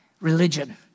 Religion